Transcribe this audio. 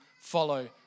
follow